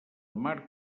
mar